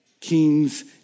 kings